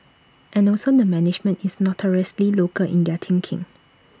and also the management is notoriously local in their thinking